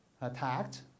attacked